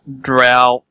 drought